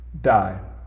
die